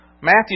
Matthew